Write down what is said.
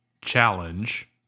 challenge